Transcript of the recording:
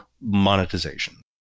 monetization